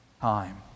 time